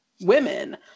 women